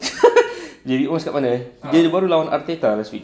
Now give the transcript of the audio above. david moyes kat mana dia baru lawan arteta last week